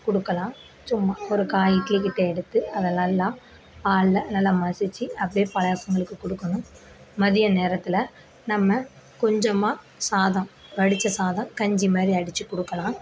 கொடுக்கலாம் சும்மா ஒரு கா இட்லி கிட்ட எடுத்து அதை நல்லா பால்ல நல்லா மசிச்சு அப்படியே பசங்களுக்கு கொடுக்கணும் மதிய நேரத்தில் நம்ம கொஞ்சமாக சாதம் வடித்த சாதம் கஞ்சி மாதிரி அடிச்சி கொடுக்கலாம்